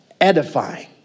edifying